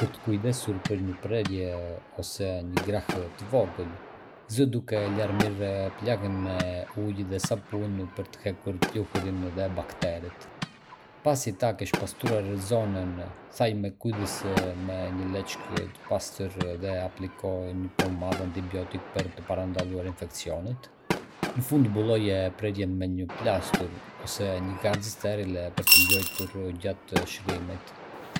Për të kujdesur për një prerje ose një grahje të vogël, fillo duke larë mirë plagën me ujë dhe sapun për të hequr pluhurin dhe bakteret. Pasi ta kesh pastruar zonën, thaje me kujdes me një leckë të pastër dhe apliko një pomadë antibiotike për të parandaluar infeksionet. Në fund, mbuloje prerjen me një plastur ose një garzë sterile për ta mbrojtur gjatë shërimit.